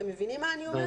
אתם מבינים מה אני אומרת?